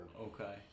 okay